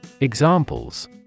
Examples